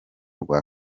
rwa